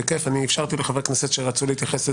אני אפשרתי לחברי כנסת שרצו להתייחס.